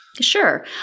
Sure